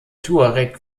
tuareg